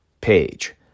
page